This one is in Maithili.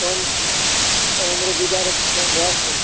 कम जुगाड़ हेतै तऽ कम भए जेतै